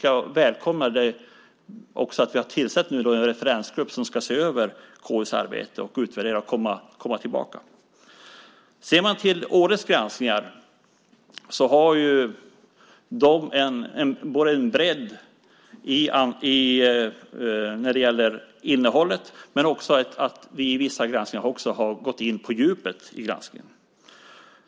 Jag välkomnar att vi nu har tillsatt en referensgrupp som ska se över KU:s arbete, utvärdera det och komma tillbaka. Årets granskningar har en bredd i innehållet. I vissa granskningar har vi också gått på djupet.